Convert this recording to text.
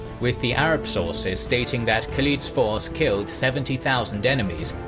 with the arab sources stating that khalid's force killed seventy thousand enemies,